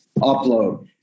upload